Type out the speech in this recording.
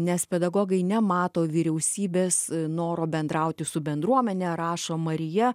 nes pedagogai nemato vyriausybės noro bendrauti su bendruomene rašo marija